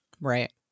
Right